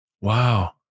Wow